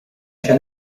się